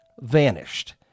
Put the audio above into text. vanished